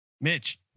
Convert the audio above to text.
Mitch